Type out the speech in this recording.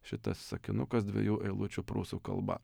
šitas sakinukas dviejų eilučių prūsų kalba